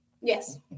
Yes